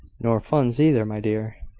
nor funds either, my dear.